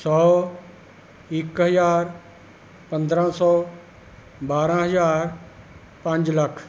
ਸੌ ਇੱਕ ਹਜ਼ਾਰ ਪੰਦਰਾਂ ਸੌ ਬਾਰਾਂ ਹਜ਼ਾਰ ਪੰਜ ਲੱਖ